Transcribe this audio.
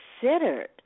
considered